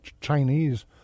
Chinese